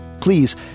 Please